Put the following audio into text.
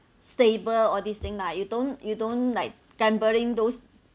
stable all these thing lah you don't you don't like gambling those